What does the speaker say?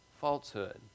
falsehood